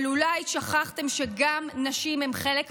אבל אולי שכחתם שגם נשים הן חלק מהבוחרים.